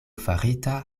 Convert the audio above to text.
farita